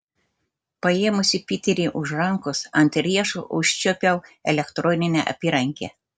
paėmusi piterį už rankos ant riešo užčiuopiau elektroninę apyrankę